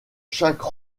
chaque